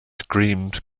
screamed